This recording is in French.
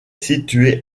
située